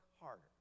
harder